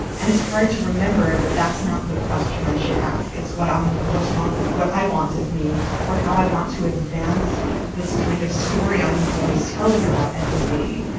and it's hard to remember that. that's not the question i should ask. it's what i'm what's want what i want of me or how i want to advance this kind of story. i'm always telling about empathy.